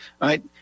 right